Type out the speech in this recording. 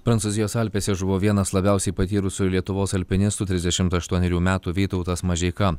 prancūzijos alpėse žuvo vienas labiausiai patyrusių lietuvos alpinistų trisdešimt aštuonerių metų vytautas mažeika